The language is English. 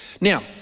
Now